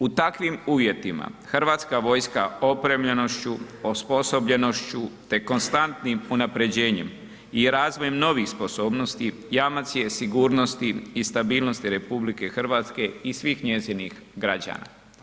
U takvim uvjetima Hrvatska vojska opremljenošću, osposobljenošću te konstantnim unaprjeđenjem i razvojem novih sposobnosti, jamac je sigurnosti i stabilnosti RH i svih njezinih građana.